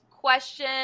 question